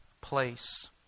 place